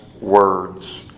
words